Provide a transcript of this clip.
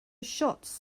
shots